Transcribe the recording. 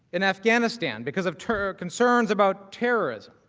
in afghanistan because of term concerns about terrorist